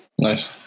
nice